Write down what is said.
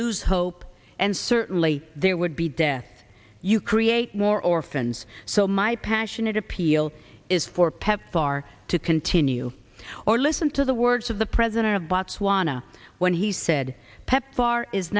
lose hope and certainly there would be death you create more orphans so my passionate appeal is for pepfar to continue or listen to the words of the president of botswana when he said pepfar is